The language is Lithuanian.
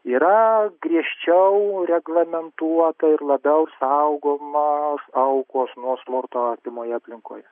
yra griežčiau reglamentuota ir labiau saugoma aukos nuo smurto artimoje aplinkoje